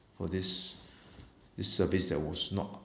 for this this service that was not